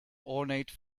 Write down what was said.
ornate